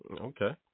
Okay